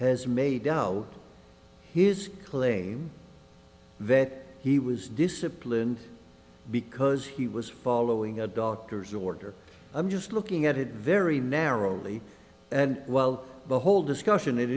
has made out his claim that he was disciplined because he was following a doctor's order i'm just looking at it very narrowly and well the whole discussion it